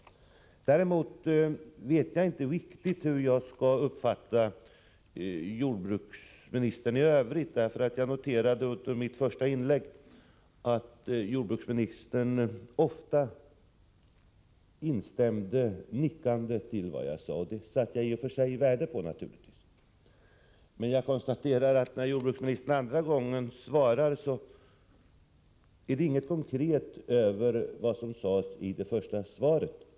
Däremot vet jag inte riktigt hur jag skall uppfatta jordbruksministern i övrigt. Jag noterade under mitt första inlägg att jordbruksministern ofta nickade instämmande. I och för sig satte jag värde på detta. Men när jordbruksministern andra gången yttrade sig, märkte jag att han inte hade sagt något konkret i det första svaret.